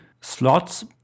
slots